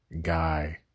guy